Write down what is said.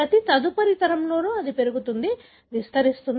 ప్రతి తదుపరి తరంలో అది పెరుగుతుంది విస్తరిస్తుంది